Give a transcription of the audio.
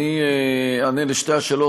אענה על שתי השאלות.